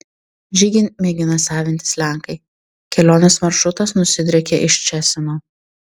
žygį mėgina savintis lenkai kelionės maršrutas nusidriekė iš ščecino